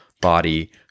body